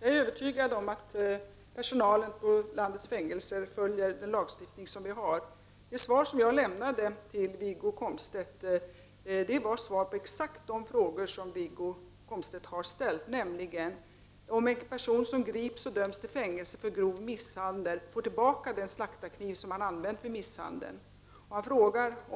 En person grips och döms till fängelse för grov misshandel. Vid gripandet bär han en stor slaktarkniv. Vid frigivandet får han tillbaka sina personliga tillhörigheter, där ingår även slaktarkniven som använts vid misshandeln.